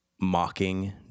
mocking